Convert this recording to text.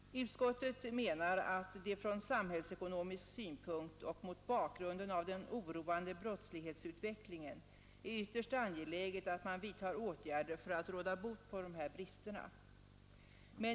Utskottet menar att det från samhällsekonomisk synpunkt och mot bakgrunden av den oroande brottslighetsutvecklingen är ytterst angeläget att man vidtar åtgärder för att råda bot på dessa brister.